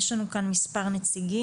יש לנו כאן מספר נציגים,